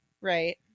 Right